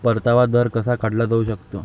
परतावा दर कसा काढला जाऊ शकतो?